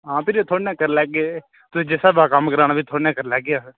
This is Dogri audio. आं फिर थुआढ़े नै करी लैगे ते जिस स्हाबै नै कम्म कराना थुआढ़े कशा कराई लैगे